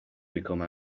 become